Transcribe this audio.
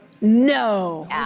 No